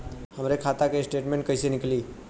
हमरे खाता के स्टेटमेंट कइसे निकली?